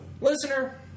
Listener